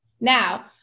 Now